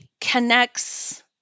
connects